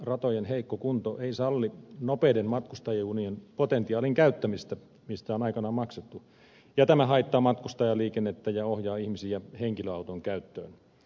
ratojen heikko kunto ei salli nopeiden matkustajajunien potentiaalin käyttämistä mistä on aikanaan maksettu ja tämä haittaa matkustajaliikennettä ja ohjaa ihmisiä henkilöauton käyttöön